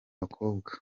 bakobwa